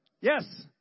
yes